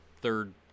third